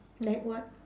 like what